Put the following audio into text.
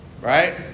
Right